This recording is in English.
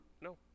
no